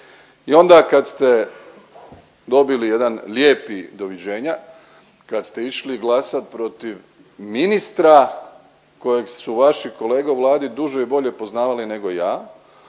i onda kad ste dobili jedan lijepi doviđenja, kad ste išli glasat protiv ministra kojeg su vaši kolege u Vladi duže i bolje poznavali nego ja,